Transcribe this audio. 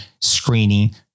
screening